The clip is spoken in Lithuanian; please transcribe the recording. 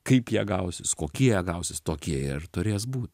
kaip jie gausis kokie jie gausis tokie jie ir turės būt